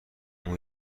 اون